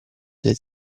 dei